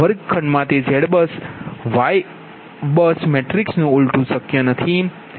વર્ગખંડમાં તે YBUS matrix નુ ઉલટુ શક્ય નથી